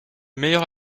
meilleur